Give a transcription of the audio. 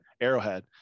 Arrowhead